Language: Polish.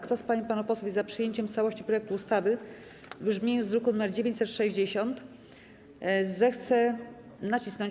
Kto z pań i panów posłów jest za przyjęciem w całości projektu ustawy w brzmieniu z druku nr 960, zechce nacisnąć